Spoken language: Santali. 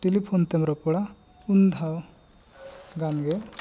ᱴᱤᱞᱤᱯᱷᱚᱱ ᱛᱮᱢ ᱨᱚᱯᱚᱲᱟ ᱩᱱ ᱫᱷᱟᱣᱱ ᱜᱟᱱ ᱜᱮ